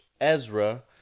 Ezra